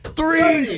three